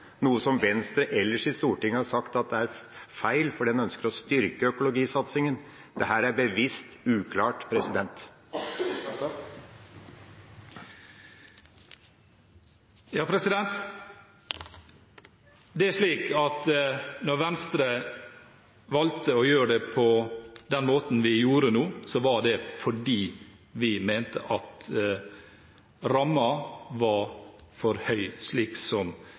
noe som Venstre andre ganger i Stortinget har sagt er feil, fordi en har ønsket å styrke økologisatsingen. Dette er bevisst uklart. Når Venstre valgte å gjøre det på den måten vi gjorde det nå, var det fordi vi mente at rammen var for høy, slik som